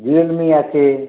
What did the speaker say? Realme আছে